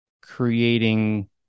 creating